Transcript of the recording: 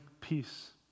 peace